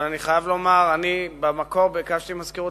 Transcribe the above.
אבל אני חייב לומר שבמקור ביקשתי ממזכירות